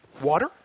water